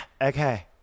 Okay